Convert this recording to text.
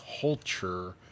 culture